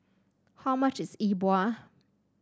how much is Yi Bua